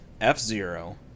F-Zero